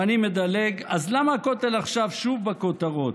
ואני מדלג, אז למה הכותל עכשיו שוב בכותרות?